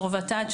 יו"ר ות"ת,